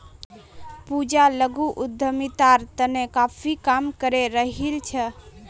पूजा लघु उद्यमितार तने काफी काम करे रहील् छ